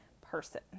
person